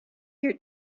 here